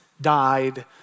died